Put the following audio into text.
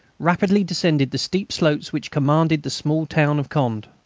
rapidly descended the steep slopes which commanded the small town of conde.